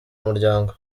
umuryango